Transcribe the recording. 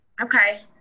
Okay